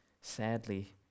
sadly